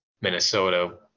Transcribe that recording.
Minnesota